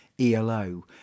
ELO